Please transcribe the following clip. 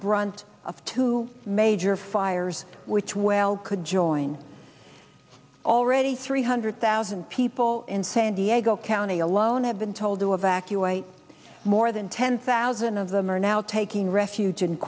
brunt of two major fires which well could join already three hundred thousand people in san diego county alone have been told to evacuate more than ten thousand of them are now taking